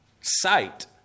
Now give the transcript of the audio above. sight